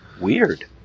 Weird